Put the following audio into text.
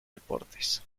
deportes